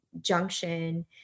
junction